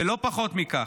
ולא פחות מכך.